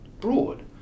broad